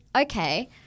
okay